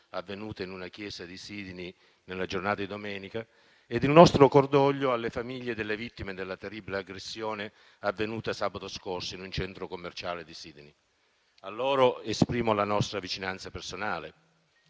avvenuta in una chiesa di Sydney nella giornata di domenica ed il nostro cordoglio alle famiglie delle vittime della terribile aggressione avvenuta sabato scorso in un centro commerciale di Sydney. A loro esprimo la nostra vicinanza personale.